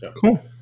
cool